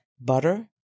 butter